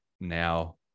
now